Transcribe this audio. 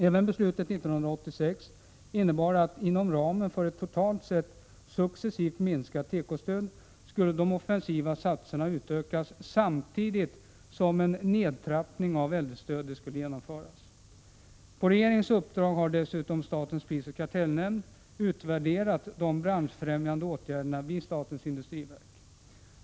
Även beslutet 1986 innebar att inom ramen för ett totalt sett successivt minskat tekostöd skulle de offensiva insatserna utökas, samtidigt som en nedtrappning av äldrestödet skulle genomföras. På regeringens uppdrag har dessutom statens prisoch kartellnämnd utvärderat de branschfrämjande åtgärderna vid statens industriverk.